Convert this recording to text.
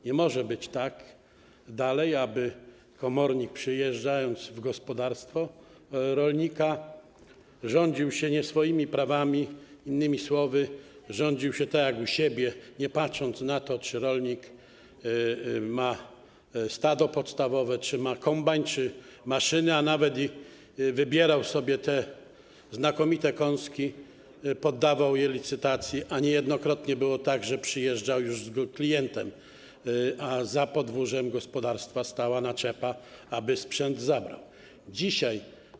Nie może dalej być tak, aby komornik, przyjeżdżając do gospodarstwa rolnika, rządził się nie swoimi prawami, innymi słowy, rządził się tak jak u siebie, nie patrząc na to, czy rolnik ma stado podstawowe, czy ma kombajn, czy ma maszyny, a nawet wybierał sobie te znakomite kąski, wystawiał je na licytację - niejednokrotnie było tak, że przyjeżdżał już z klientem, a za podwórzem gospodarstwa stała naczepa, aby sprzęt zabrać.